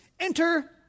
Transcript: Enter